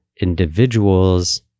individuals